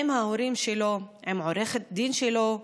עם ההורים שלו, עם עורכת הדין שלו,